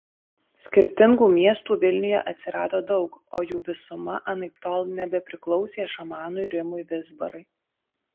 skirtingų miestų vilniuje atsirado daug o jų visuma anaiptol nebepriklausė šamanui rimui vizbarai